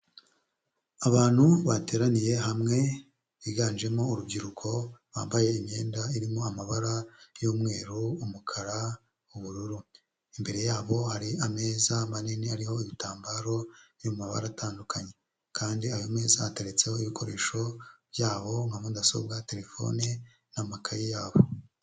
Abantu bateraniye hamwe biganjemo urubyiruko bambaye imyenda irimo amabara y'umweru, umukara n'ubururu, imbere yabo hari ameza manini hariho ibitambaro biri mu mabara atandukanye kandi ayo meza ateretseho ibikoresho byabo nka mudasobwa, telefone n'amakaye yabo.